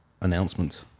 announcement